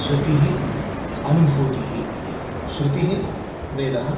श्रुतिः अनुभूति इति श्रुतिः वेदः